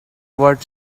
what